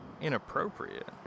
inappropriate